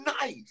nice